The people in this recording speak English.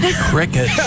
Cricket